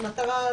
המטרה,